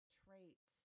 traits